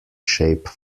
shape